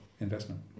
investment